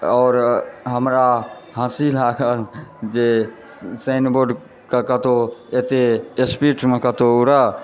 आओर हमरा हँसी लागल जे साइनबोर्डकेँ कतहुँ एतए स्पीडमे कतहुँ साइनबोर्ड उड़ए